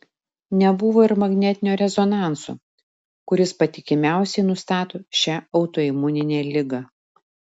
nebuvo ir magnetinio rezonanso kuris patikimiausiai nustato šią autoimuninę ligą